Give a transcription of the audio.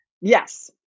Yes